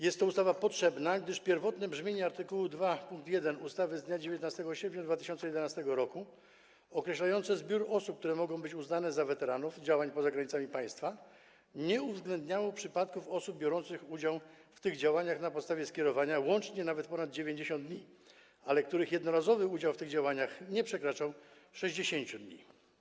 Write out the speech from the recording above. Jest to ustawa potrzebna, gdyż pierwotne brzmienie art. 2 pkt 1 ustawy z dnia 19 sierpnia 2011 r. określające zbiór osób, które mogą być uznane za weteranów działań poza granicami państwa, nie uwzględniało przypadków osób biorących udział w tych działaniach na podstawie skierowania łącznie przez okres nawet ponad 90 dni, ale których jednorazowy udział w tych działaniach nie przekraczał okresu 60 dni.